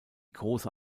große